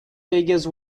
figures